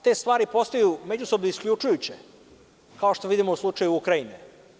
Te stvari postaju međusobno isključujuće, kao što vidimo u slučaju Ukrajine.